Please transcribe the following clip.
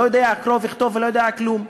לא יודע קרוא וכתוב ולא יודע כלום.